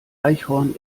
eichhorn